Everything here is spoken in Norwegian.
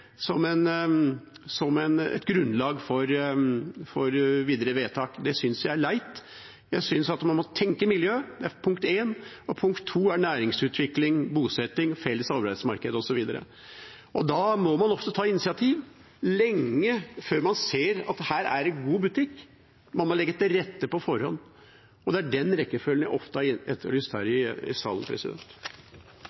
Jeg synes man – punkt én – må tenke miljø. Punkt to er næringsutvikling, bosetting, felles arbeidsmarked, osv. Da må man også ta initiativ lenge før man ser at her er det god butikk. Man må legge til rette på forhånd. Det er den rekkefølgen jeg ofte har etterlyst her i salen. Jeg ber SV-erne skjerpe ørene, for jeg skal komme med en saksopplysning. Godstransporten i